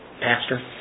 pastor